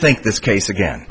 think this case again